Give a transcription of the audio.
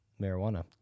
marijuana